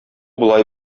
болай